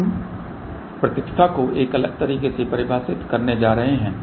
वहां हम प्रत्यक्षता को एक अलग तरीके से परिभाषित करने जा रहे हैं